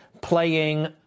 playing